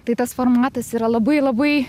tai tas formatas yra labai labai